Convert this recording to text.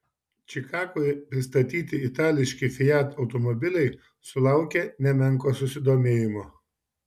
čikagoje pristatyti itališki fiat automobiliai sulaukė nemenko susidomėjimo